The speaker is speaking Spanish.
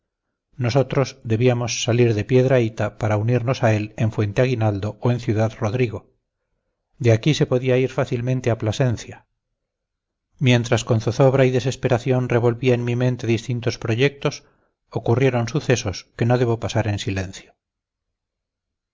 nosotros debíamos salir de piedrahíta para unirnos a él en fuente aguinaldo o en ciudad-rodrigo de aquí se podía ir fácilmente a plasencia mientras con zozobra y desesperación revolvía en mi mente distintos proyectos ocurrieron sucesos que no debo pasar en silencio